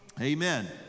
Amen